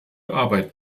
arbeit